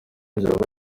byaba